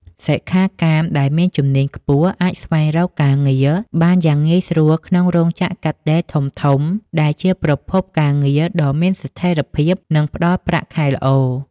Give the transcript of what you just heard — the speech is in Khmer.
សិក្ខាកាមដែលមានជំនាញខ្ពស់អាចស្វែងរកការងារបានយ៉ាងងាយស្រួលក្នុងរោងចក្រកាត់ដេរធំៗ ដែលជាប្រភពការងារដ៏មានស្ថិរភាព និងផ្តល់ប្រាក់ខែល្អ។